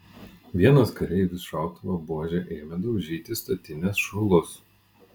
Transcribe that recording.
vienas kareivis šautuvo buože ėmė daužyti statinės šulus